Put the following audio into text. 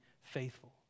faithful